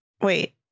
Wait